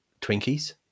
Twinkies